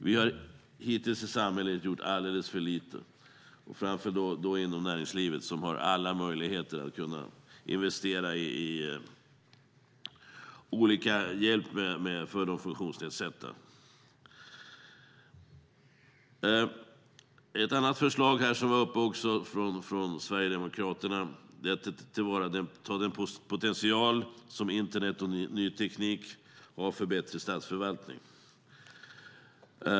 Vi har hittills gjort alldeles för lite i samhället, framför allt inom näringslivet, som har alla möjligheter att investera i olika typer av hjälp för de funktionsnedsatta. Ett annat förslag, som togs upp av Sverigedemokraterna, är att ta till vara den potential som internet och ny teknik har för bättre statsförvaltning.